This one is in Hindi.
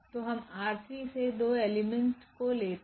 तो हम R3 से दो एलिमेंट्स को लेते